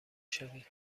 شوید